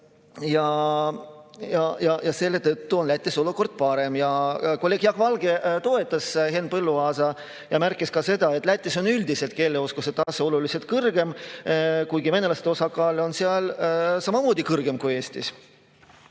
selle tõttu on Lätis olukord parem. Kolleeg Jaak Valge toetas Henn Põlluaasa ja märkis ka seda, et Lätis on üldiselt riigikeeleoskuse tase oluliselt kõrgem, kuigi venelaste osakaal on seal samamoodi kõrgem kui Eestis.